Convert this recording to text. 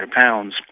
pounds